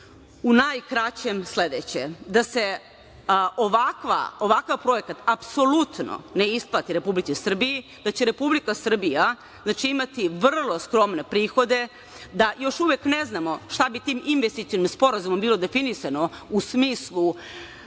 u najkraćem sledeće – da se ovakav projekat apsolutno ne isplati Republici Srbiji, da će Republika Srbija imati vrlo skromne prihode, da još uvek ne znamo šta bi tim investicionim sporazumom bilo definisano u smislu